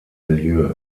milieu